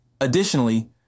Additionally